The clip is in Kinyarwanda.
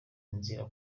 inzira